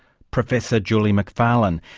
professor julie mcfarlane.